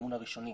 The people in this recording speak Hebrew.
המימון הראשוני.